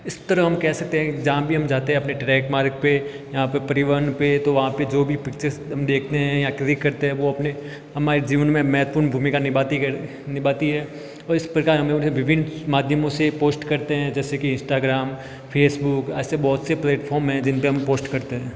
इस तरह हम कह सकते है कि जहाँ भी हम जाते हैं अपने ट्रेक मार्ग पे यहाँ पे परिवहन पे तो वहाँ पे जो भी पिक्चर्स हम देखते हैं या क्रिक करते हैं वो अपने हमारे जीवन में महत्वपूर्ण भूमिका निभाती हैं और इस प्रकार हमें उन्हें विभिन्न माध्यमों से पोस्ट करते हैं जैसे कि इंस्टाग्राम फेसबुक ऐसे बहुत से प्लेटफार्म में जिन पे हम पोस्ट करते हैं